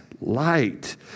light